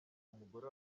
umugore